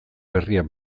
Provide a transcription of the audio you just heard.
berriak